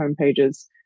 homepages